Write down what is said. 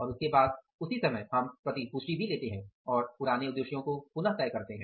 और उसके बाद उसी समय हम प्रतिपुष्टि भी लेते हैं और पुराने उद्देश्यों को पुनः तय करते हैं